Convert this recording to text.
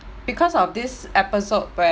because of this episode